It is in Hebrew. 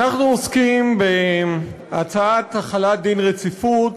תודה לך, אנחנו עוסקים בהצעת החלת דין רציפות